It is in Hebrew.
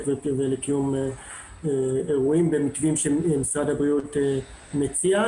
ולקיום אירועים במתווים שמשרד הבריאות מציע,